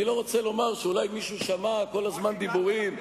אני לא רוצה לומר שאולי מישהו שמע כל הזמן דיבורים,